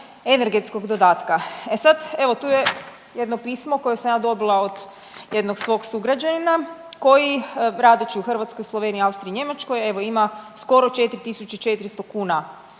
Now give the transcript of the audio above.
Energetskog dodatka. E sad, evo tu je jedno pismo koje sam ja dobila od jednog svog sugrađanina koji, radeći u Hrvatskoj, Sloveniji, Austriji i Njemačkoj, evo, ima skoro 4400 kuna